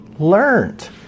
learned